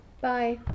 Bye